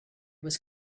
was